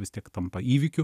vis tiek tampa įvykiu